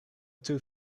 too